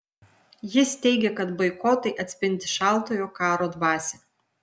jis teigė kad boikotai atspindi šaltojo karo dvasią